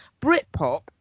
Britpop